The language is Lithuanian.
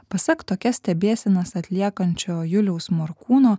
pasak tokias stebėsenas atliekančio juliaus morkūno